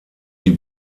die